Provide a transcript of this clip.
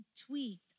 tweaked